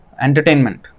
Entertainment